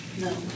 No